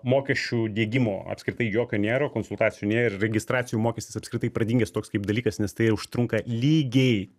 mokesčių diegimo apskritai jokio nėra konsultacijų nėr ir registracijos mokestis apskritai pradingęs toks kaip dalykas nes tai užtrunka lygiai